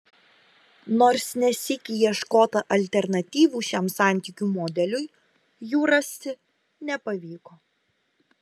nors ne sykį ieškota alternatyvų šiam santykių modeliui jų rasti nepavyko